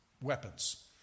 weapons